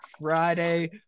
Friday